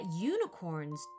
unicorns